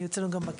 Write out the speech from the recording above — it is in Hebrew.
היו אצלנו גם בכנס.